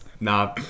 Nah